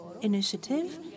initiative